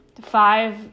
five